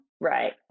Right